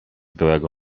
białego